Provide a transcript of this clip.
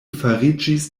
fariĝis